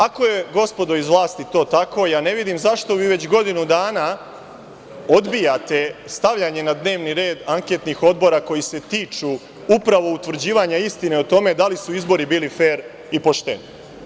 Ako je, gospodo iz vlasti, to tako, ne vidim zašto vi već godinu dana odbijate stavljanje na dnevni red anketnih odbora koji se tiču upravo utvrđivanja istine o tome da li su izbori bili fer i pošteni.